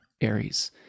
Aries